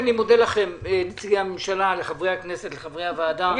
לא התכוונו לסנקציה על האזרחים ולפגיעה בשירותים.